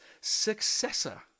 successor